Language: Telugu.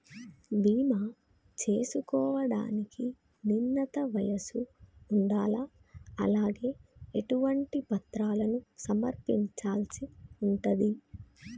బీమా చేసుకోవడానికి నిర్ణీత వయస్సు ఉండాలా? అలాగే ఎటువంటి పత్రాలను సమర్పించాల్సి ఉంటది?